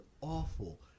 awful